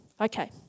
Okay